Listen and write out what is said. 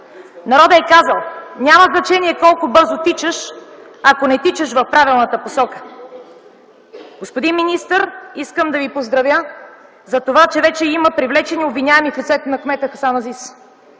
Народът е казал: „Няма значение колко бързо тичаш, ако не тичаш в правилната посока”. Господин министър, искам да Ви поздравя за това, че вече има привлечени обвиняеми в лицето на кмета Хасан Азис.